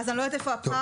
אני לא יודעת איפה הפער.